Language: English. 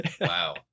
Wow